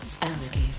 alligator